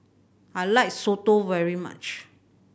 I like soto very much